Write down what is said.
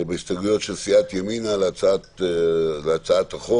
בהסתייגויות של סיעת ימינה להצעת החוק.